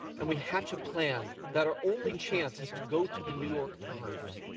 and we hatch a plan that our only chance is to go to the new york times.